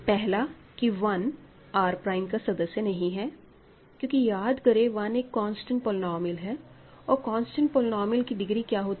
पहला कि 1 R prime का सदस्य नहीं है क्योंकि याद करें 1 एक कांस्टेंट पोलीनोमिअल है और कांस्टेंट पोलीनोमिअल की डिग्री क्या होती है